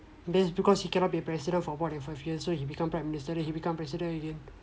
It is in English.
that's because he cannot be a president for more than five years so he become prime minister then he become president again